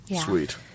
Sweet